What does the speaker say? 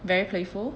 very playful